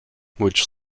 which